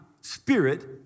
spirit